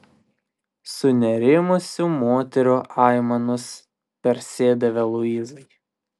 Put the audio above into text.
sunerimusių moterų aimanos persidavė luizai